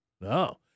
No